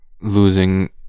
losing